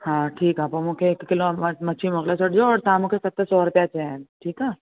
हा ठीकु आहे पोइ मूंखे हिकु किलो मछी मोकिले छॾिजो ऐं तव्हां मूंखे सत सौ रुपिया चया आहिनि ठीकु आहे